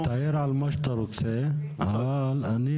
תעיר על מה שאתה רוצה, אבל אני